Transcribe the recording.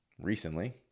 recently